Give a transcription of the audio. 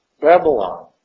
Babylon